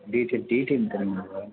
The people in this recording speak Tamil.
டீட்டெயில் டீட்டெயில் தருவீங்களா சார்